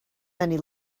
many